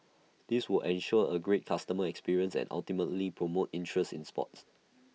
this will ensure A great customer experience and ultimately promote interest in sports